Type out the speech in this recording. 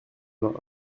vingt